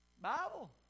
Bible